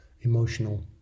emotional